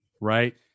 right